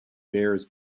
bears